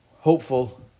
hopeful